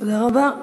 תודה רבה.